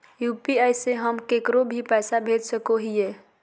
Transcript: UPI से हम केकरो भी पैसा भेज सको हियै?